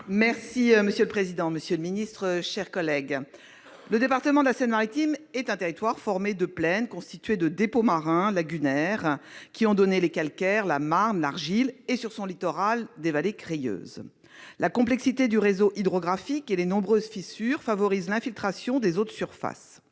Monsieur le président, monsieur le ministre, mes chers collègues, le département de la Seine-Maritime est un territoire formé de plaines constituées de dépôts marins lagunaires, qui ont donné les calcaires, la marne, l'argile et, sur son littoral, des vallées crayeuses. La complexité du réseau hydrographique et les nombreuses fissures favorisent l'infiltration des eaux de surface.